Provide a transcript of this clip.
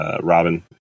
Robin